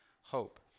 hope